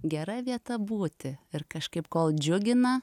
gera vieta būti ir kažkaip kol džiugina